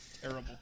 Terrible